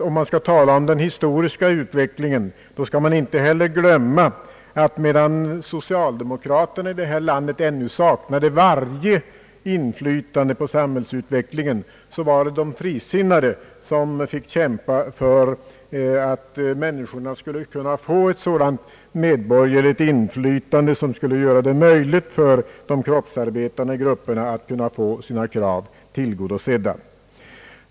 Om man skall tala om den historiska utvecklingen skall man inte heller glömma, att medan socialdemokraterna i detta land ännu saknade varje inflytande på samhällsutvecklingen, så var det de frisinnade som fick kämpa för att människor skulle kunna få sådant medborgerligt inflytande som skulle göra det möjligt för de kroppsarbetande Ssrupperna att få sina krav tillgodosedda.